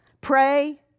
Pray